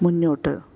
മുന്നോട്ട്